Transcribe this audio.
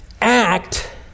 act